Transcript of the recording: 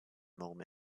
moment